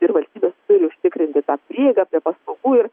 ir valstybės turi užtikrinti prieigą prie paslaugų ir